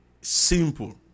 simple